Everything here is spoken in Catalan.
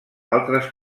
altres